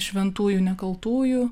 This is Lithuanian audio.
šventųjų nekaltųjų